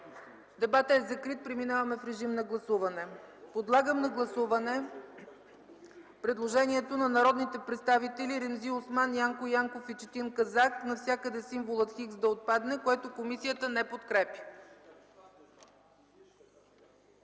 дебата. Преминаваме в режим на гласуване. Подлагам на гласуване предложението на народните представители Ремзи Осман, Янко Янков и Четин Казак навсякъде символът „Х” да отпадне, което комисията не подкрепя.